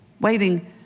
Waiting